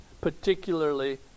particularly